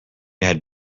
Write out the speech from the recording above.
had